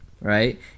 Right